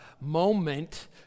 moment